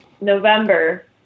November